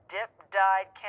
Dip-Dyed